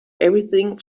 everything